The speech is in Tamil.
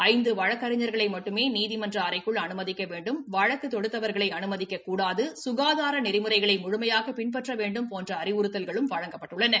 ஐந்து வழக்கறிஞர்களை மட்டுமே நீதிமன்ற அறைக்குள் அனுமதிக்க வேண்டும் வழக்கு தொடுத்தவர்களை அனுமதிக்க்கூடாது சுகாதார நெறிமுறைகளை முழுமையாக பின்பற்ற வேண்டும் போன்ற அறிவுறுத்தல்களும் வழங்கப்பட்டுள்ளன